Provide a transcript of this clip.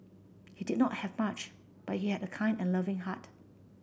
he did not have much but he had a kind and loving heart